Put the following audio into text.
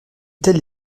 telle